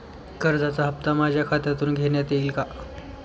कर्जाचा हप्ता माझ्या खात्यातून घेण्यात येईल का?